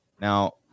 now